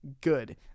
good